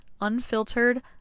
Unfiltered